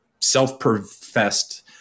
self-professed